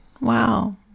wow